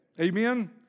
Amen